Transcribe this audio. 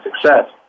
success